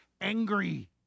angry